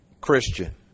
Christian